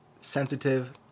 sensitive